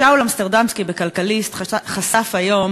שאול אמסטרדמסקי חשף היום